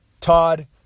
Todd